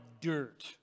dirt